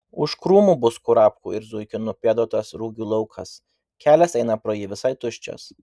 už krūmų bus kurapkų ir zuikių nupėduotas rugių laukas kelias eina pro jį visai tuščias